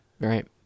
right